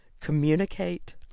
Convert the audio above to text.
Communicate